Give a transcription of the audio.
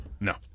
No